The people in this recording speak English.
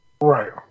Right